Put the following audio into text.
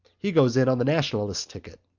he goes in on the nationalist ticket.